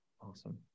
Awesome